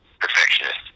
Perfectionist